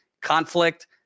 conflict